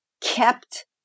kept